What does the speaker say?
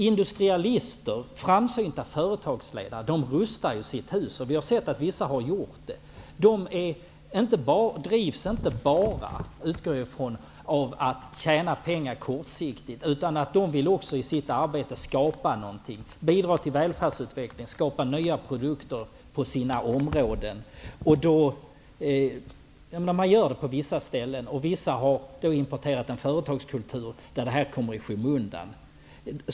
Industrialister och framsynta företagsledare rustar i sitt hus. Vi har sett att vissa har gjort det. De drivs inte bara, utgår jag ifrån, av att kortsiktigt tjäna pengar, utan de vill också i sitt arbete bidra till välfärdsutvecklingen och skapa nya produkter på sina områden. Man gör det på vissa ställen, men somliga har importerat en företagskultur där detta kommer i skymundan.